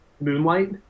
Moonlight